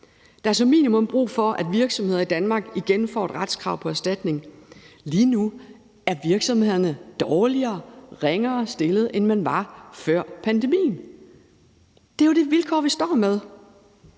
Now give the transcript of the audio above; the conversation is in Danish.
Der er som minimum brug for, at virksomheder i Danmark igen får et retskrav på erstatning. Lige nu er virksomhederne ringere stillet, end man var før pandemien. Det er jo det vilkår, vi står med.